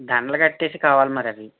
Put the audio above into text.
దండలు కట్టేసి కావాలి మరి అవి